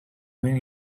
main